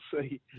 see